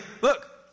look